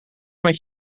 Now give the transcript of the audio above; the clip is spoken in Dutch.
met